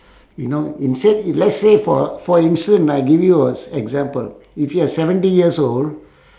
you know in say let's say for for instance ah I give you a s~ example if you are seventy years old